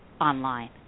online